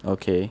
okay